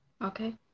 Okay